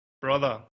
brother